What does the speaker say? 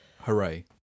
hooray